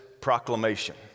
proclamation